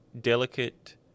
delicate